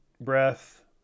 breath